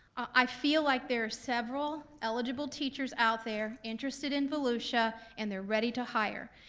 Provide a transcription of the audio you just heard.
i feel like there are several eligible teachers out there interested in volusia, and they're ready to hire,